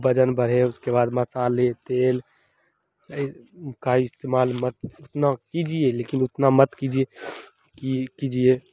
वज़न बढ़े उसके बाद मसाले तेल इस्तेमाल मत उतना कीजिए लेकिन उतना मत कीजिए की कीजिए